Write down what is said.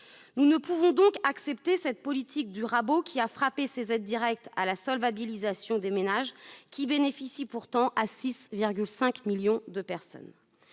Nous ne pouvons donc accepter cette politique du rabot qui a frappé ces aides directes à la solvabilisation des ménages, aides qui bénéficient pourtant à 6,5 millions de personnes.